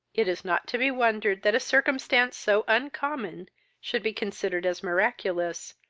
it is not to be wondered that a circumstance so uncommon should be considered as miraculous,